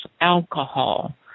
alcohol